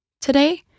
Today